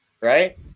right